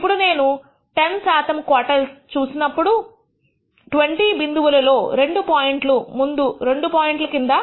ఇప్పుడు నేను 10శాతము క్వోర్టైల్ చూసినప్పుడు చూసినప్పుడు 20 బిందువులలో రెండు పాయింట్లు ముందు రెండు పాయింట్లు కింద 1